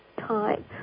time